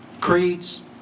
creeds